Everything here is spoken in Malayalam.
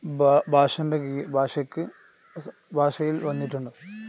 ഭാ ഭാഷേന്റെ ഭാഷയ്ക്ക് ഭാഷയിൽ വന്നിട്ടുണ്ട്